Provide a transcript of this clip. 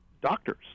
doctors